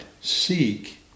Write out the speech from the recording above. seek